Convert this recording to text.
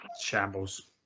Shambles